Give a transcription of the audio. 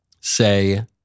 say